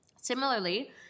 Similarly